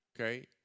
Okay